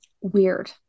weird